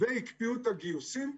והקפיאו את הגיוסים.